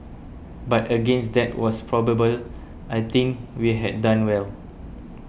but against that was probable I think we had done well